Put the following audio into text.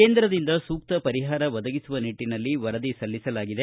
ಕೇಂದ್ರದಿಂದ ಸೂಕ್ತ ಪರಿಹಾರ ಒದಗಿಸುವ ನಿಟ್ಟನಲ್ಲಿ ವರದಿ ಸಲ್ಲಿಸಿಸಲಾಗಿದೆ